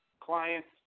clients